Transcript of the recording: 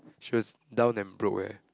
she was down and broke eh